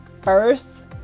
first